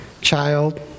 child